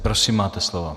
Prosím, máte slovo.